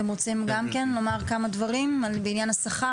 אתם רוצים לומר כמה דברים בעניין השכר?